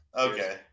okay